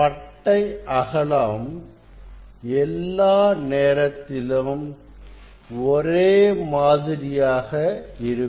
பட்டை அகலம் எல்லா நேரத்திலும் ஒரே மாதிரியாக இருக்கும்